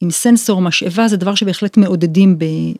עם סנסור משאבה זה דבר שבהחלט מעודדים ב.